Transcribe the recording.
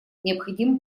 необходимо